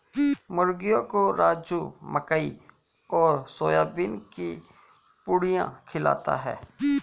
मुर्गियों को राजू मकई और सोयाबीन की पुड़िया खिलाता है